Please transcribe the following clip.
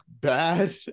bad